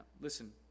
listen